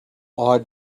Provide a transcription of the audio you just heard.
our